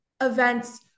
events